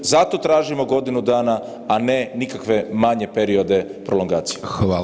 Zato tražimo godinu dana, a ne nikakve manje periode prolongacije.